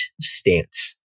stance